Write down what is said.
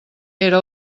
era